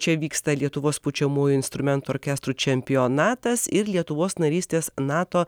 čia vyksta lietuvos pučiamųjų instrumentų orkestrų čempionatas ir lietuvos narystės nato